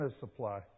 supply